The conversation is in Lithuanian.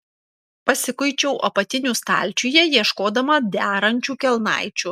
pasikuičiau apatinių stalčiuje ieškodama derančių kelnaičių